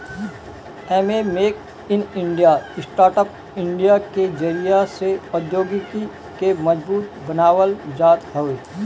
एमे make in India, startup India के जरिया से औद्योगिकी के मजबूत बनावल जात हवे